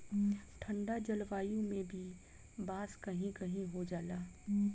ठंडा जलवायु में भी बांस कही कही हो जाला